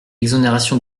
exonération